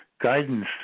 guidance